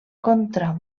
contra